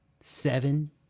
seven